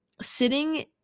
sitting